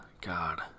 god